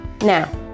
now